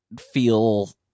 feel